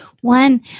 one